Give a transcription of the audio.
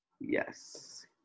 Yes